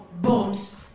bombs